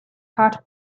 heart